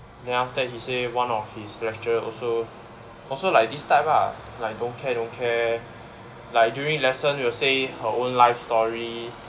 then after that he say one of his lecturer also also like this type lah like don't care don't care like during lesson will say her own life story